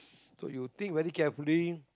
so you think very carefully